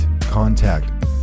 contact